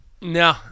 No